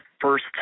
first